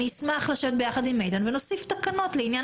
אני אשמח לשבת ביחד עם איתן ונוסיף תקנות לעניין